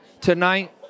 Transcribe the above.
tonight